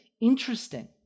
interesting